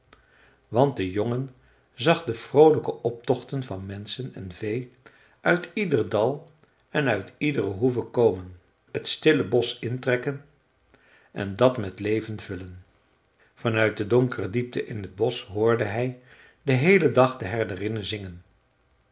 want de jongen zag de vroolijke optochten van menschen en vee uit ieder dal en uit iedere hoeve komen het stille bosch intrekken en dat met leven vullen van uit de donkere diepten in t bosch hoorde hij den heelen dag de herderinnen zingen